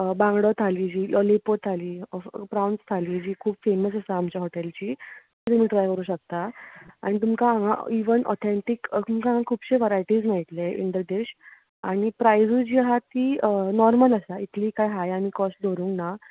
बांगडो थाली जी लेपो थाली प्रोन्स थाली जी खूब फेमस आसा आमच्या हॉटेलची ती तुमी ट्राय करूं शकता आनी तुमकां हांगा इवन ऑथेन्टीक तुमका खूब शे वरायतीज मेळटले इन द डीश आनी प्रायसूय जी आसा ती नोर्मल आसा इतली कांय हाय आमी कोश्ट दवरूना